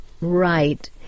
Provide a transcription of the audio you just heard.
right